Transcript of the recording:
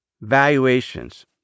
valuations